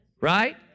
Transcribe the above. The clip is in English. right